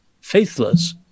faithless